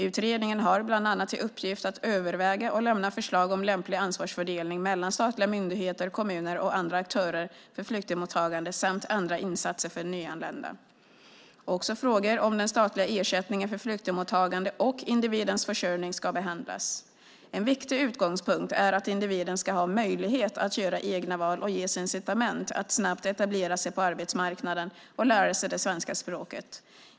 Utredningen har bland annat till uppgift att överväga och lämna förslag om lämplig ansvarsfördelning mellan statliga myndigheter, kommuner och andra aktörer för flyktingmottagande samt andra insatser för nyanlända . Också frågor om den statliga ersättningen för flyktingmottagande och individens försörjning ska behandlas. En viktig utgångspunkt är att individen ska ha möjlighet att göra egna val och ges incitament att snabbt etablera sig på arbetsmarknaden och lära sig det svenska språket.